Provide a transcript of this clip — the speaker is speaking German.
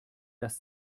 dass